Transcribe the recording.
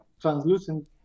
translucent